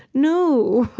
no.